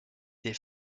des